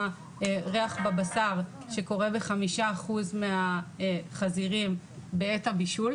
ריח בבשר שקורה ב-5% מהחזירים בעת הבישול.